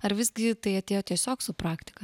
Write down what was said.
ar visgi tai atėjo tiesiog su praktika